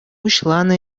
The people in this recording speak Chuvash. пуҫланӑ